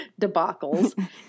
debacles